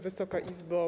Wysoka Izbo!